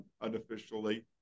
unofficially